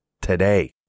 today